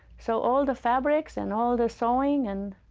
so all the fabrics and all the sewing and.